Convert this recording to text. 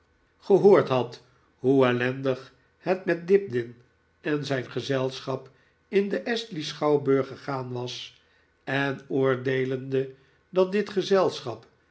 gehoord had hoe ellendig het met dibdin en zijn gezelschap in den astley schouwburg gegaan was en oordeclende dat dit gezelschap